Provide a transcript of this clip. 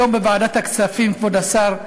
היום בוועדת הכספים, כבוד השר,